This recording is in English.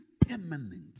permanent